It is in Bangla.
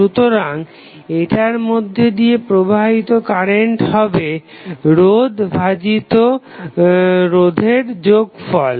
সুতরাং এটার মধ্যে দিয়ে প্রবাহিত কারেন্ট হবে রোধ ভাজিত রোধের যোগফল